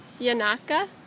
Yanaka